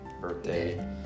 birthday